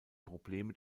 probleme